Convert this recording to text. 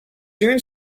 soon